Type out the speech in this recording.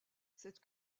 cette